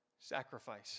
sacrifice